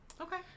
Okay